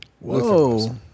Whoa